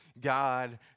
God